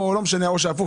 או להיפך,